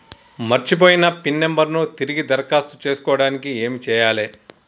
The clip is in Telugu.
మర్చిపోయిన పిన్ నంబర్ ను తిరిగి దరఖాస్తు చేసుకోవడానికి ఏమి చేయాలే?